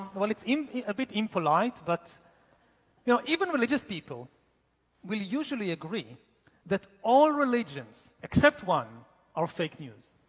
well it's a bit impolite but you know even religious people will usually agree that all religions except one are fake news.